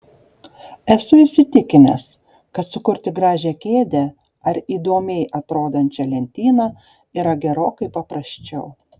esu įsitikinęs kad sukurti gražią kėdę ar įdomiai atrodančią lentyną yra gerokai paprasčiau